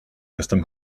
jestem